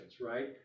right